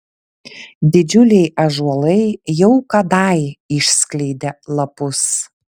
didžiuliai ąžuolai jau kadai išskleidė lapus